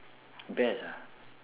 best ah